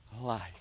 life